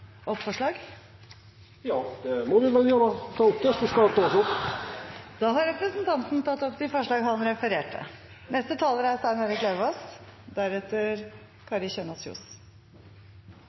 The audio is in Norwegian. opp forslag? Ja, det må eg vel gjera – ta opp det som skal takast opp! Representanten Ove Trellevik har tatt opp de forslagene han refererte